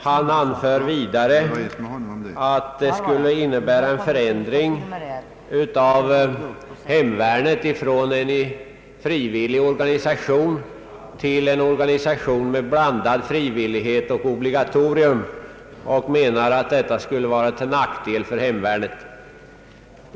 Han anför vidare att förslaget skulle innebära en förändring av hemvärnets karaktär från en frivillig organisation till en organisation med blandad frivillighet och blandat obligatorium och menar att detta skulle vara till nackdel för hemvärnet.